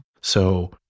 So-